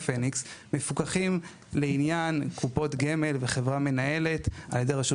"הפניקס" מפוקחים לעניין קופות גמל וחברה מנהלת על ידי רשות